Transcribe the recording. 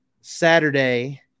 Saturday